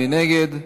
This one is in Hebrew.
מי נגד?